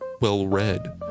well-read